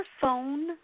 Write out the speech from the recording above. phone